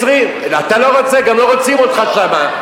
אתה לא רוצה, גם לא רוצים אותך שם.